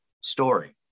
story